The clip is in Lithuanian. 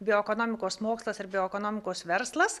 bioekonomikos mokslas ir bioekonomikos verslas